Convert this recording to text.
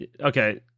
Okay